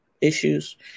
issues